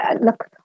look